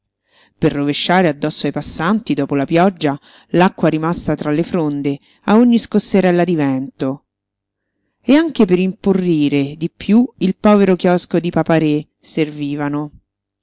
per rovesciare addosso ai passanti dopo la pioggia l'acqua rimasta tra le fronde a ogni scosserella di vento e anche per imporrire di piú il povero chiosco di papa-re servivano